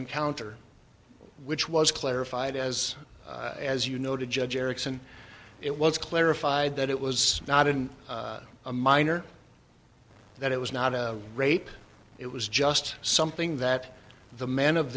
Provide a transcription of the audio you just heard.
encounter which was clarified as as you noted judge erickson it was clarified that it was not in a minor that it was not a rape it was just something that the men of